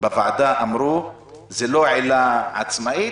בוועדה אמרו שזאת לא עילה עצמאית.